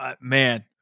man